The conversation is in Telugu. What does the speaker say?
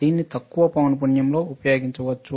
దీన్ని తక్కువ పౌనపున్యంలో ఉపయోగించవచ్చు